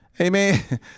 Amen